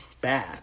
bad